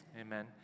Amen